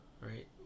right